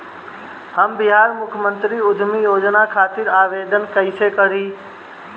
हम बिहार मुख्यमंत्री उद्यमी योजना खातिर आवेदन कईसे करी?